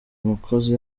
umukozi